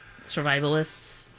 Survivalists